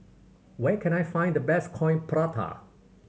where can I find the best Coin Prata